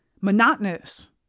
Monotonous